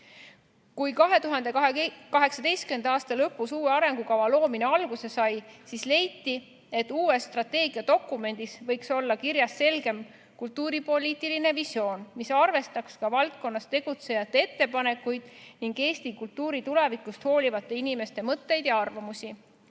2018. aasta lõpus alguse sai, siis leiti, et uues strateegiadokumendis võiks olla kirjas selgem kultuuripoliitiline visioon, mis arvestaks ka valdkonnas tegutsejate ettepanekuid ning Eesti kultuuri tulevikust hoolivate inimeste mõtteid ja arvamusi.